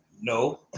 No